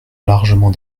largement